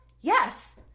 yes